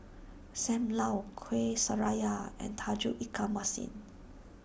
Sam Lau Kuih Syara and Tauge Ikan Masin